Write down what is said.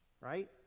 right